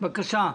בבקשה,